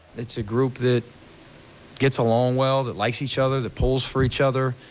it's a group that gets along well, that likes each other, that pulls for each other.